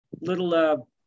little